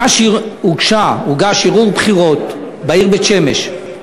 הוגש ערעור על הבחירות בעיר בית-שמש.